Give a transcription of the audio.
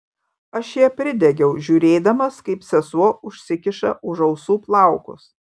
aš ją pridegiau žiūrėdamas kaip sesuo užsikiša už ausų plaukus